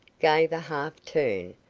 gave a half turn,